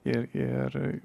ir ir